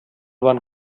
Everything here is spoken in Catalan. van